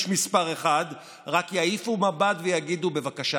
מס' 1 רק יעיפו מבט ויגידו: בבקשה,